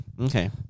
okay